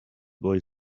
boy